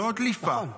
לא דליפה גדולה,